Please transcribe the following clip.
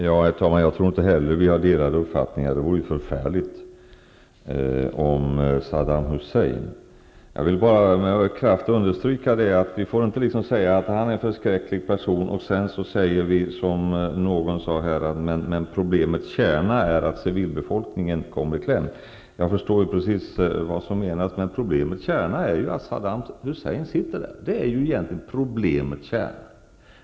Herr talman! Inte heller jag tror att vi har delade uppfattningar om Saddam Hussein. Om det vore så, skulle det ju vara förfärligt. Jag vill med kraft understryka att vi inte bara får säga att han är en förskräcklig person och, som någon här sade, att problemets kärna är att civilbefolkningen kommer i kläm. Jag förstår precis vad som menas. Men problemets kärna är egentligen att Saddam Hussein sitter kvar.